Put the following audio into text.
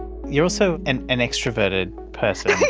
you're also an an extroverted person,